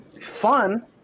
fun